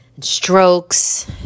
Strokes